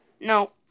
No